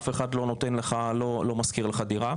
אף אחד לא מתייחס אליך, ולא משכיר לך דירה.